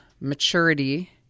maturity